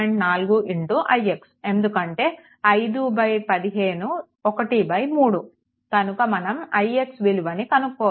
4ix ఎందుకంటే 515 13 కనుక మనం ix విలువని కనుక్కోవచ్చు